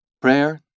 Prayer